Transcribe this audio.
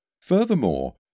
Furthermore